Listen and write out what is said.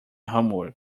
homework